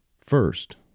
first